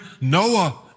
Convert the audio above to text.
Noah